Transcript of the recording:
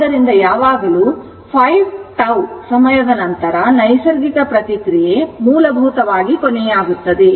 ಆದ್ದರಿಂದ ಯಾವಾಗಲೂ 5τ ಸಮಯದ ನಂತರ ನೈಸರ್ಗಿಕ ಪ್ರತಿಕ್ರಿಯೆ ಮೂಲಭೂತವಾಗಿ ಕೊನೆಯಾಗುತ್ತದೆ